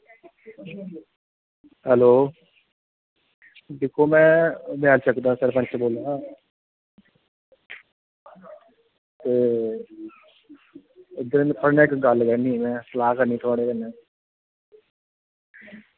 hello दिक्को में दयालेचक दा प्रौफैसर बोल्ला ना ते इक गल्ल करनी ही थुआढ़े कन्नैं इक सलाह् करनीं ही